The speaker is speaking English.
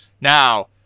Now